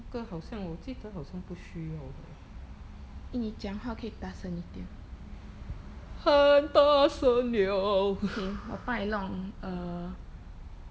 eh 你讲话可以大声一点 okay 我帮你弄 uh